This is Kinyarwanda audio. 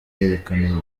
yerekana